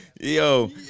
Yo